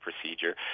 procedure